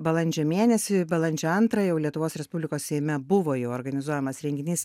balandžio mėnesį balandžio antrąją jau lietuvos respublikos seime buvo jau organizuojamas renginys